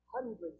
hundreds